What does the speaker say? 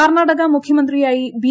കർണാടക പ് മുഖ്യമന്ത്രിയായി ബി